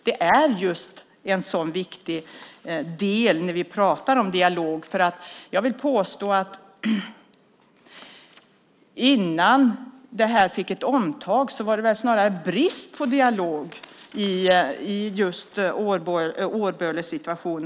Detta är viktigt när vi pratar om dialog. Jag vill påstå att det innan det här fick ett omtag snarare var brist på dialog i just Årbölesituationen.